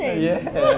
yes